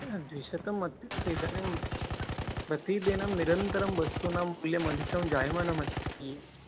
द्विशतम् इदानीम् प्रतिदिनं निरन्तरं वस्तुनां मूल्यमधिकं जायमानमस्ति